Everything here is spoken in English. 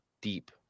deep